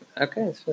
okay